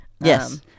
Yes